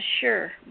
sure